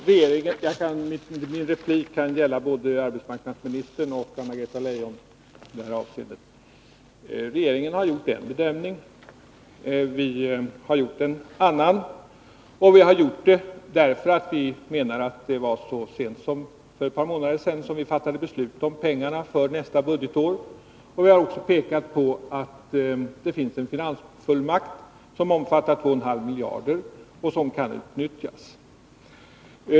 Herr talman! Min replik kan gälla både arbetsmarknadsministern och Anna-Greta Leijon. Regeringen har gjort en bedömning, och vi har gjort en annan. Så sent som för ett par månader sedan fattade vi ju beslut om medel för nästa budgetår. För vår del har vi också pekat på att det finns en finansfullmakt som omfattar 2,5 miljarder och som kan utnyttjas.